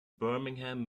birmingham